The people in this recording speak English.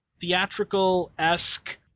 theatrical-esque